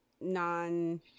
non